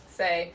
say